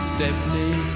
Stepney